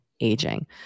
aging